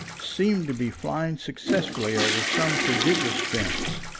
seemed to be flying successfully over some prodigious fence.